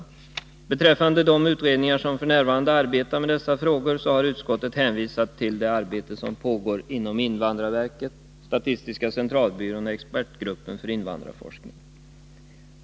Beträffande de utredningar som f.n. arbetar med dessa frågor har utskottet hänvisat till det arbete som pågår inom invandrarverket, statistiska centralbyrån och expertgruppen för invandrarforskning.